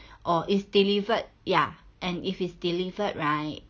or it's delivered ya and if it's delivered right